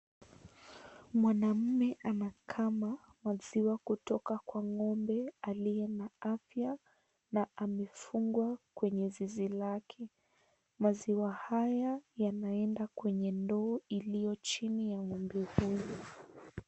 Mwanaume anakama maziwa kutoka kwa ng'ombe aliye na afya na amefungwa kwenye zizi lake. Maziwa haya yanaenda kenye ndoo iliyo chini ya ng'ombe huyo.